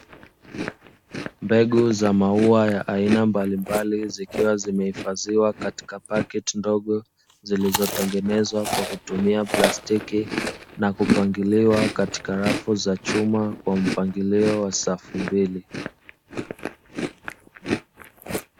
Mbegu za maua ya aina mbalimbali, zikiwa zimehifadhiwa katika paketi ndogo, zilizotengenezwa kwa kutumia plastiki, na kupangiliwa katika rafu za chuma kwa mpangilio wa safu mbili.